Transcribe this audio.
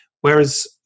Whereas